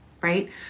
right